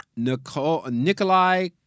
Nikolai